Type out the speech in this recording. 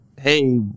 Hey